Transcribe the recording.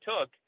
took